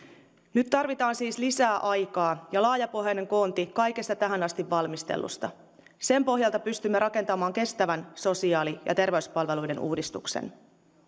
nyt tarvitaan siis lisää aikaa ja laajapohjainen koonti kaikesta tähän asti valmistellusta sen pohjalta pystymme rakentamaan kestävän sosiaali ja terveyspalveluiden uudistuksen